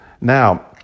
Now